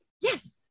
Yes